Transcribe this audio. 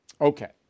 Okay